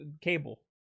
cable